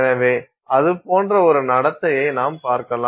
எனவே அது போன்ற ஒரு நடத்தையை நாம் பார்க்கலாம்